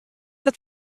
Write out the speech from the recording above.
that